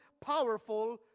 powerful